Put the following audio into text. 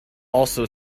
also